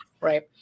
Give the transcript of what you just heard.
right